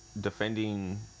defending